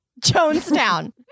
Jonestown